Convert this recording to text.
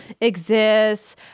exists